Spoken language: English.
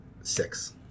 Six